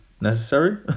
necessary